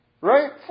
Right